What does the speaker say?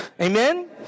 Amen